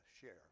share